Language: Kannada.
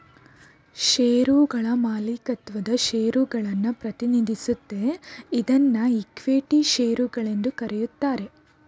ಶೇರುಗಳ ಮಾಲೀಕತ್ವದ ಷೇರುಗಳನ್ನ ಪ್ರತಿನಿಧಿಸುತ್ತೆ ಇದ್ನಾ ಇಕ್ವಿಟಿ ಶೇರು ಗಳೆಂದು ಕರೆಯುತ್ತಾರೆ